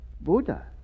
Buddha